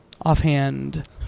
offhand